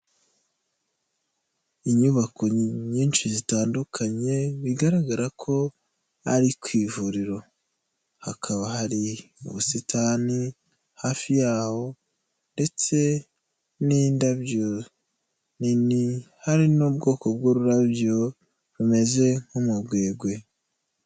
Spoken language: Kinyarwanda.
Inyubako nyinshi zitandukanye bigaragara ko ari ku ivuriro hakaba hari ubusitani hafi yaho ndetse n'indabyo nini hari n'ubwoko bw'ururabyo rumeze nk'umugwegwe.